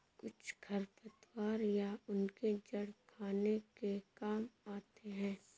कुछ खरपतवार या उनके जड़ खाने के काम आते हैं